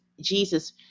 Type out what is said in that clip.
Jesus